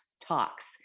talks